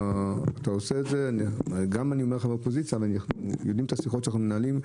אני אמנם מן האופוזיציה אבל אנחנו יודעים את השיחות שאנחנו מנהלים.